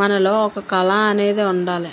మనలో ఒక కళ అనేది ఉండాలి